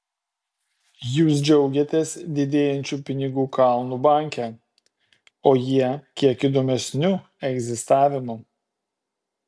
jūs džiaugiatės didėjančiu pinigų kalnu banke o jie kiek įdomesniu egzistavimu